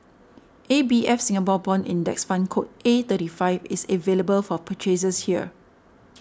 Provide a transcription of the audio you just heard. A B F Singapore Bond Index Fund code A thirty five is available for purchase here